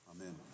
Amen